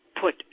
put